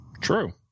True